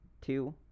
two